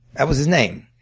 that was his name.